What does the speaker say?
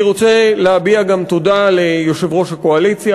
אני גם רוצה להביע תודה ליושב-ראש הקואליציה,